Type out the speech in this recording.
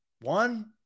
One